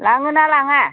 लाङो ना लाङा